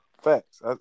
Facts